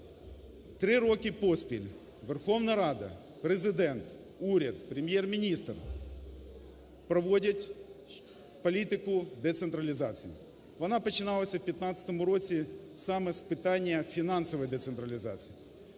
3 роки поспіль Верховна Рада, Президент, уряд, Прем'єр-міністр, проводять політику децентралізації. Вона починалася в 2015 році саме з питання фінансової децентралізації.